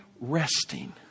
resting